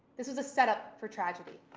this was a setup for tragedy.